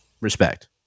respect